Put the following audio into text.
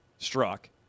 struck